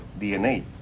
DNA